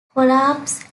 collapse